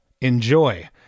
Enjoy